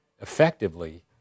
effectively